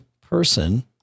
person